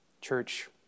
Church